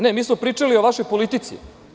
Ne, mi smo pričali o vašoj politici.